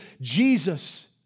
Jesus